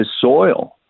soil